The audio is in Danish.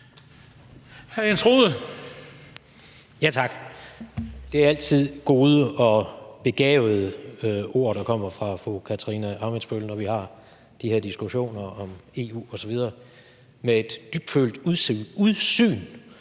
Jens Rohde (RV): Tak. Det er altid gode og begavede ord, der kommer fra fru Katarina Ammitzbøll, når vi har de her diskussioner om EU osv., og med et dybfølt udsyn,